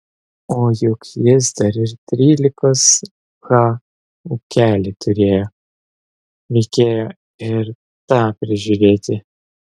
o juk jis dar ir trylikos ha ūkelį turėjo reikėjo ir tą prižiūrėti